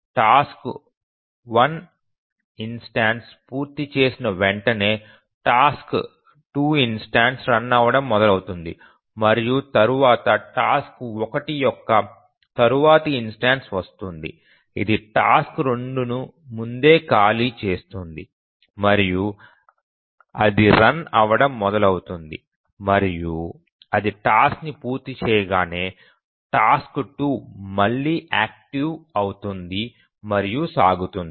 task 1 instance పూర్తి చేసిన వెంటనే టాస్క్ 2 ఇన్స్టెన్సు రన్ అవ్వడం మొదలవుతుంది మరియు తరువాత టాస్క్ 1 యొక్క తరువాతి ఇన్స్టెన్సు వస్తుంది ఇది టాస్క్ 2 ను ముందే ఖాళీ చేస్తుంది మరియు అది రన్ అవ్వడం మొదలవుతుంది మరియు అది టాస్క్ ని పూర్తి చేయగానే టాస్క్ 2 మళ్ళీ యాక్టివ్ అవుతుంది మరియు సాగుతుంది